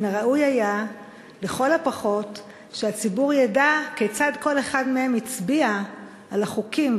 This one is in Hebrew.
מן הראוי היה לכל הפחות שהציבור ידע כיצד כל אחד מהם הצביע על החוקים,